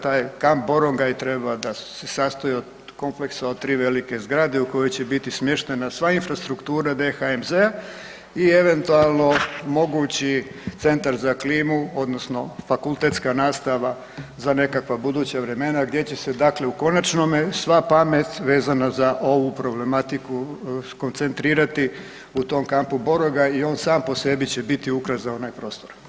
Taj kamp Borongaj treba se sastojati od kompleksa od tri velike zgrade u koju će biti smještena sva infrastruktura DHMZ i eventualno mogući Centar za klimu odnosno fakultetska nastava za nekakva buduća vremena gdje će se u konačnome sva pamet vezana za ovu problematiku skoncentrirati u tom kampu Borongaj i on sam po sebi će biti ukras za onaj prostor.